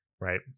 right